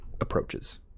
approaches